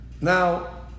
Now